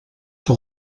que